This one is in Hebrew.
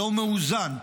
לא מאוזן,